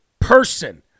person